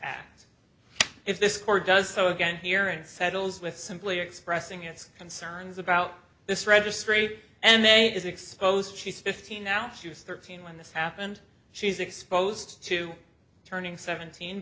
this court does so again here and settles with simply expressing its concerns about this registry and is exposed she's fifteen now she was thirteen when this happened she's exposed to turning seventeen